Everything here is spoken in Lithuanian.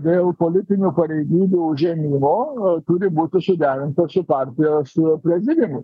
dėl politinių pareigybių užėmimo turi būti suderinta su partijos prezidiumu